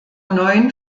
neun